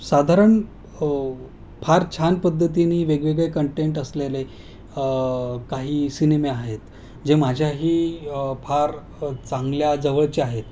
साधारण फार छान पद्धतीनी वेगवेगळे कंटेंट असलेले काही सिनेमे आहेत जे माझ्याही फार चांगल्या जवळचे आहेत